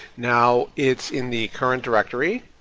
now it's in the current directory,